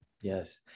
Yes